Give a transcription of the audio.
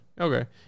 Okay